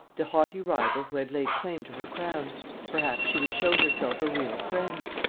the haughty rival who had laid claim to her crown perhaps she would show herself a real friend.